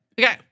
Okay